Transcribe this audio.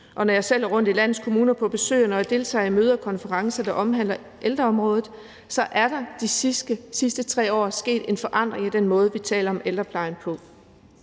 Når jeg selv er rundt i landets kommuner på besøg, og når jeg deltager i møder og konferencer, der omhandler ældreområdet, så kan jeg se, at der de sidste 3 år er sket en forandring i den måde, vi taler om ændreplejen på.